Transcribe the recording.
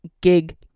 gig